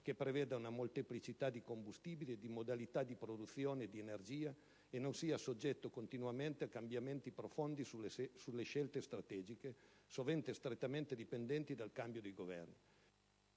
che preveda una molteplicità di combustibili e di modalità di produzione di energia e non sia soggetto continuamente a cambiamenti profondi sulle scelte strategiche, sovente strettamente dipendenti dal cambio dei Governi.